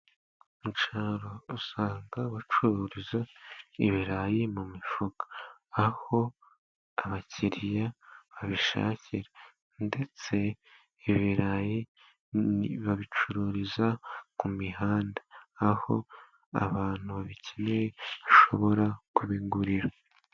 Mu cyaro usanga bacururiza ibirayi mu mifuka aho abakiriya babishakira. Ndetse ibirayi babicururiza ku mihanda, aho abantu babikeneye bashobora kubigurira.